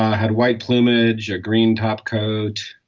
had white plumage, a green topcoat,